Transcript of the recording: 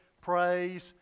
praise